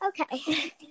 Okay